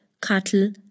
cattle